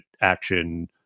action